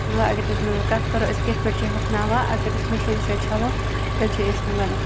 وۄنۍ اگر تِژھ مطلب کَتھ کَرو أسۍ کِتھ پٲٹھۍ چھِ ہۄکھناوان اگر أسۍ مِشیٖن سۭتۍ چھَلو تیٚلہِ چھِ أسۍ مطلب